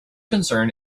concern